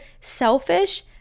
selfish